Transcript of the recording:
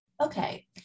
Okay